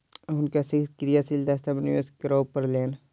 हुनका शीघ्र क्रियाशील दक्षता में निवेश करअ पड़लैन